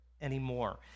anymore